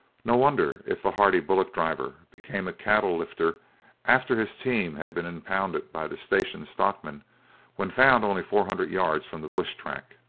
no wonder if the hardy bullock-driver became a cattle lifter after his team had been impounded by the station stockman when found only four hundred yards from the bush track.